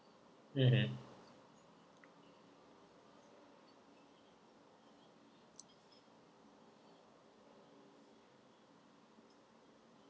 mmhmm